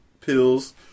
pills